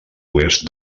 oest